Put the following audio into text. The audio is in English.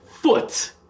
foot